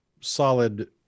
solid